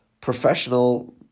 Professional